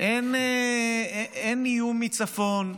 אין איום מצפון,